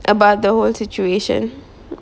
about the whole situation